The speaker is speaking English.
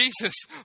Jesus